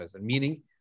Meaning